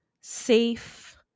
safe